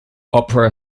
opera